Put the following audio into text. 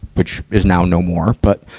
which is now no more. but,